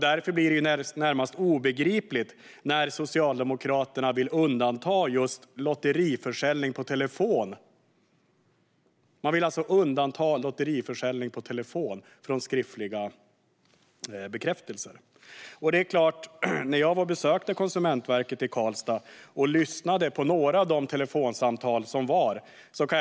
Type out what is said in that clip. Därför blir det närmast obegripligt att Socialdemokraterna vill undanta just lotteriförsäljning via telefon. Man vill alltså undanta lotteriförsäljning via telefon från skriftliga bekräftelser. Jag besökte Konsumentverket i Karlstad och lyssnade på några av de telefonsamtal som de hade.